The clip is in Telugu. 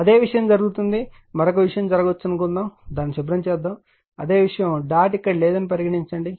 అదే విషయం జరుగుతుంది మరొక విషయం జరగవచ్చు అనుకుందాం దాన్ని శుభ్రం చేద్దాం అదే విషయం డాట్ ఇక్కడ లేదని పరిగణించండి